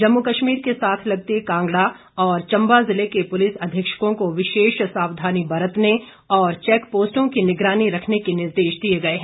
जम्मू कश्मीर के साथ लगते कांगड़ा और चम्बा ज़िले के पुलिस अधीक्षकों को विशेष सावधानी बरतने और चैक पोस्टों की निगरानी रखने के निर्देश दिए गए हैं